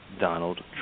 Donald